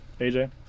AJ